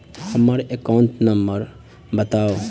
हम्मर account number बताऊ?